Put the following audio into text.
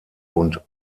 und